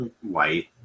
white